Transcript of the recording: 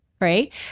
right